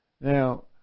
Now